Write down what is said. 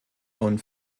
und